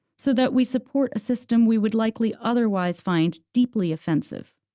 so that we support a system we would likely otherwise find deeply offensive.